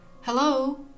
Hello